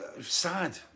sad